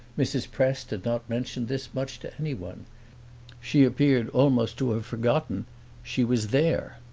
mrs. prest had not mentioned this much to anyone she appeared almost to have forgotten she was there.